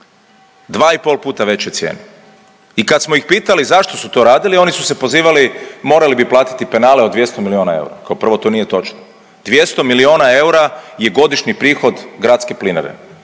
dva i pol puta većoj cijeni. I kad smo ih pitali zašto su to radili oni su se pozivali morali bi platiti penale od 200 milijona eura. Kao prvo to nije točno. 200 milijona eura je godišnji prihod gradske plinare.